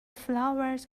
flowers